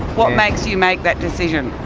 what makes you make that decision?